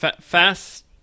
fast